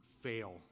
fail